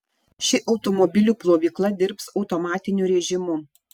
ši automobilių plovykla dirbs automatiniu rėžimu